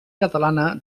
catalana